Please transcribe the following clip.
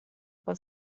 was